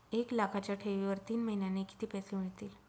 एक लाखाच्या ठेवीवर तीन महिन्यांनी किती पैसे मिळतील?